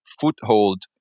foothold